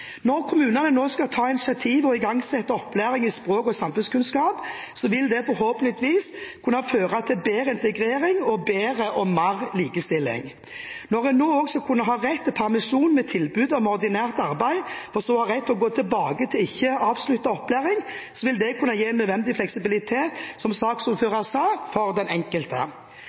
Når kommunene nå skal ta initiativ til og igangsette opplæring i språk og samfunnskunnskap, vil det forhåpentligvis kunne føre til bedre integrering og bedre og mer likestilling. Når en nå også skal kunne ha rett til permisjon ved tilbud om ordinært arbeid for så å ha rett til å gå tilbake til ikke avsluttet opplæring, vil det kunne gi nødvendig fleksibilitet for den enkelte, som